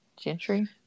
Gentry